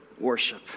worship